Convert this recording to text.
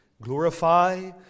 Glorify